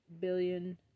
billion